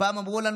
פעם אמרו לנו